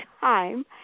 time